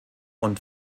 und